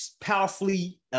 powerfully